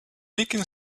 nicking